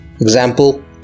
Example